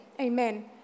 Amen